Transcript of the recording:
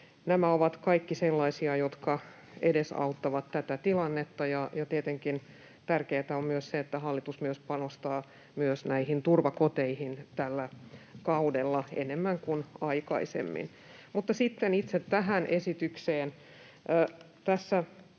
Nämä ovat kaikki sellaisia, jotka edesauttavat tätä tilannetta, ja tietenkin tärkeätä on myös se, että hallitus panostaa myös näihin turvakoteihin tällä kaudella enemmän kuin aikaisemmin. Sitten itse tähän esitykseen.